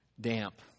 damp